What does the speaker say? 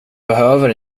behöver